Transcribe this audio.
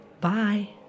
bye